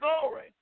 glory